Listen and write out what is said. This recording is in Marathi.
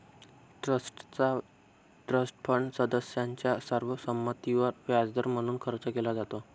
ट्रस्टचा ट्रस्ट फंड सदस्यांच्या सर्व संमतीवर व्याजदर म्हणून खर्च केला जातो